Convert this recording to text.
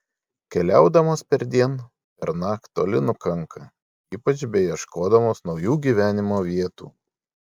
keliaudamos perdien pernakt toli nukanka ypač beieškodamos naujų gyvenimo vietų